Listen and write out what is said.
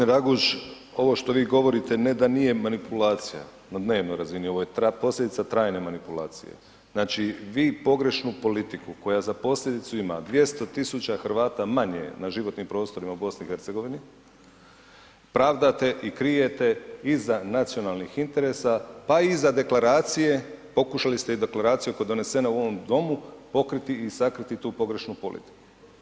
g. Raguž, ovo što vi govorite ne da nije manipulacija na dnevnoj razini, ovo je posljedica trajne manipulacije, znači vi pogrešnu politiku koja za posljedicu ima 200 000 Hrvata manje na životnim prostorima u BiH, pravdate i krijete iza nacionalnih interesa, pa i iza deklaracije, pokušali ste i deklaraciju koja je donesena u ovom domu, pokriti i sakriti tu pogrešnu politiku.